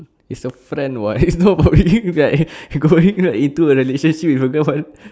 it's a friend [what] is no believing into it and going into a relationship with a girlfriend